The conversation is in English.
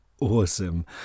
awesome